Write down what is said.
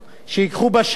את חיילי צה"ל,